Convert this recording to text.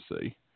see